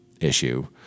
issue